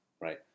right